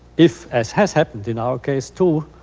if, as has happened in our case too,